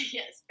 yes